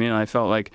mean i felt like